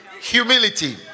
Humility